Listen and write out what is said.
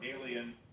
alien